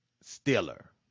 Stiller